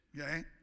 okay